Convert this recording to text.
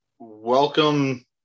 Welcome